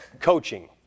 Coaching